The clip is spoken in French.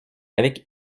avec